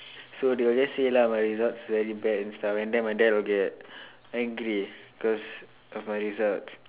so they will just say lah my results very bad and stuff and then my dad will be like angry cause of my results